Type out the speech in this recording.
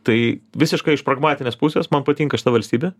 tai visiškai iš pragmatinės pusės man patinka šita valstybė